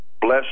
bless